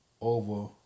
over